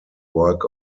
work